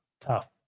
tough